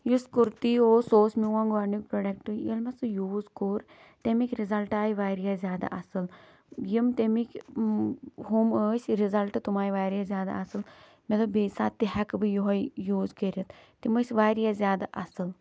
یُس کُرتی اوس سُہ اوس میون گۄڈٕنیُک پروڈکٹ ییٚلہِ مےٚ سُہ یوٗز کوٚر تٔمِکۍ رِزَلٹ آیہِ واریاہ زیادٕ آصٕل یِم تٔمِکۍ یِم ٲسۍ رِزَلٹ تِم آیہِ واریاہ زیادٕ آصٕل مےٚ دوٚپ بیٚکہِ ساتہٕ تہِ ہٮ۪کہٕ بہٕ یِہٕے یوٗز کٔرِتھ تِم ٲسۍ واریاہ زیادٕ اصٕل